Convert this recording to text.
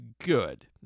good